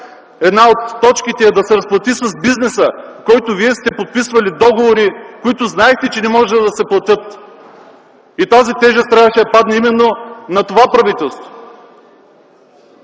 мерки е именно да се разплатим с бизнеса, с който сте подписвали договори, които знаехте, че не можеха да се платят. Тази тежест трябваше да падне именно на това правителство.